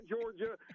Georgia